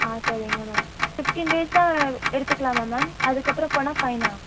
ஆ சரிங்க ma'am fifteen டேஸாக எடுத்துக்கலமா மேம் அதுக்கப்புறம் போனால் ஃபைனா